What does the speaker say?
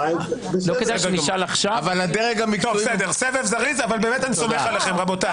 סבב זריז, אבל אני באמת סומך עליכם, רבותיי.